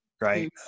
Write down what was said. Right